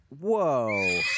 Whoa